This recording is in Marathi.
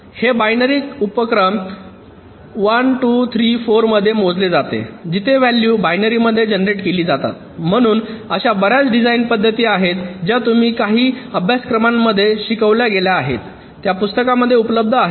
हे बायनरी अनुक्रम 1 2 3 4 मध्ये मोजले जाते जेथे व्हॅलू बायनरीमध्ये जेनरेट केली जातात म्हणून अशा बर्याच डिझाइन पद्धती आहेत ज्या तुम्हाला काही अभ्यासक्रमांमध्ये शिकविल्या गेल्या आहेत त्या पुस्तकांमध्ये उपलब्ध आहेत